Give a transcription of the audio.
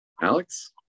Alex